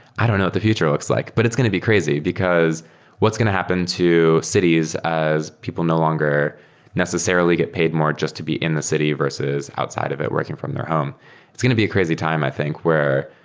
i don't know what the future looks like, but it's going to be crazy, because what's going to happen to cities as people no longer necessarily get paid more just to be in the city versus outside of it working from their home? it's going to be a crazy time i think where,